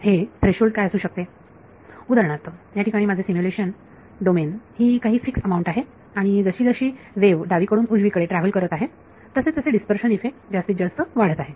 हे थ्रेशोल्ड काय असू शकते उदाहरणार्थ याठिकाणी माझे सिम्युलेशन डोमेन ही काही फिक्स अमाऊंट आहे आणि जशी जशी वेव्ह डावीकडून उजवीकडे ट्रॅव्हल करत आहे तसे तसे डीस्पर्शन इफेक्ट जास्तीत जास्त वाढत आहे